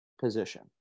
position